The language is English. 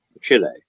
Chile